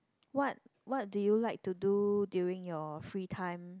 what what do you like to do during your free time